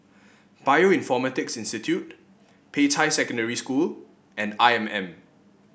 Bioinformatics Institute Peicai Secondary School and I M M